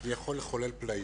זה יכול לחולל פלאים.